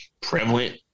prevalent